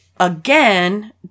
Again